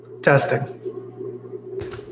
Testing